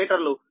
0075 మీటర్లు